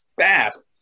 fast